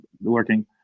working